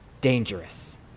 dangerous